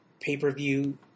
pay-per-view